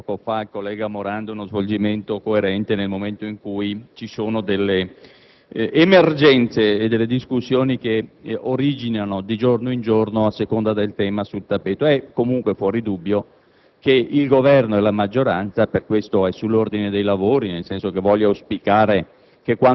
il fatto che i lavori del Senato non abbiano, come ha detto poco fa il collega Morando, uno svolgimento coerente nel momento in cui vi sono delle emergenze e delle discussioni che originano di giorno in giorno a seconda dei temi sul tappeto. Voglio auspicare